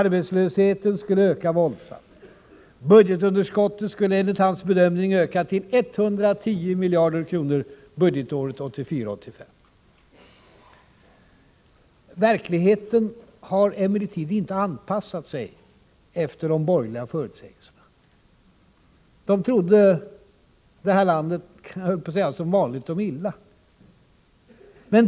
Arbetslösheten skulle öka våldsamt. Budgetunderskottet skulle, enligt Westerbergs bedömning, öka till 110 miljarder kronor budgetåret 1984/85. Verkligheten har emellertid inte anpassat sig efter de borgerliga förutsägelserna. De trodde det här landet — som vanligt, höll jag på att säga — om illa.